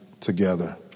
together